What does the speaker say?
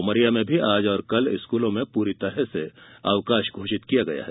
उमरिया में भी आज और कल स्कूलों में पूरी तरह से अवकाश घोषित किया गया है